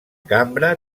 cambra